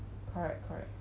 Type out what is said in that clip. correct correct